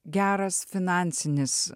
geras finansinis